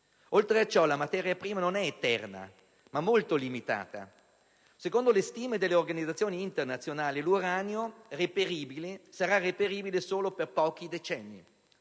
Oltre a ciò, la materia prima non è eterna, ma molto limitata. Secondo le stime delle organizzazioni internazionali, l'uranio sarà reperibile solo per pochi decenni.